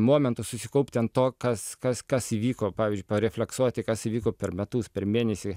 momento susikaupti ant to kas kas kas įvyko pavyzdžiui refleksuoti kas įvyko per metus per mėnesį